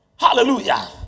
Hallelujah